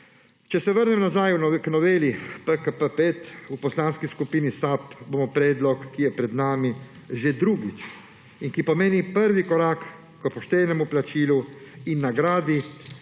Če se vrnem nazaj k noveli PKP 5. V Poslanski skupini SAB bomo predlog, ki je pred nami že drugič in ki pomeni prvi korak k poštenemu plačilu in nagradi